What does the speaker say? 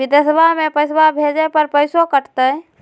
बिदेशवा मे पैसवा भेजे पर पैसों कट तय?